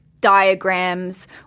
diagrams